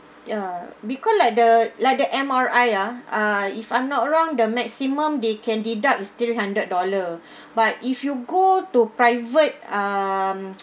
ya because like the like the M_R_I ah uh if I'm not wrong the maximum they can deduct is three hundred dollar but if you go to private um